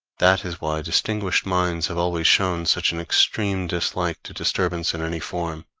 that is why distinguished minds have always shown such an extreme dislike to disturbance in any form,